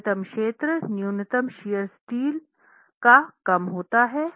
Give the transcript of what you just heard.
न्यूनतम क्षेत्र न्यूनतम शियर स्टील का कम होता है